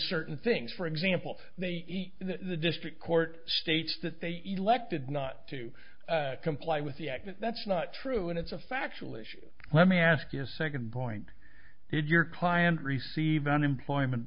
certain things for example they eat the district court states that they eat elected not to comply with the act that's not true and it's a factual issue let me ask you a second point did your client receive unemployment